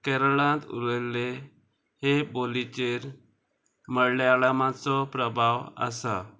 केरळांत उरयल्ले हे बोलीचेर मळल्याळामाचो प्रभाव आसा